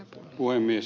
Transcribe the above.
puhemies